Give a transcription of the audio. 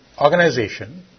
organization